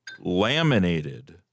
laminated